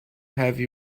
heavy